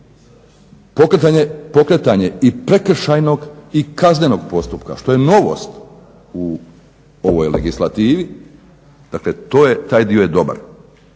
pokretanje i prekršajnog i kaznenog postupka što je novost u ovoj legislativi, dakle taj dio je dobar